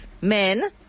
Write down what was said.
men